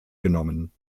genommen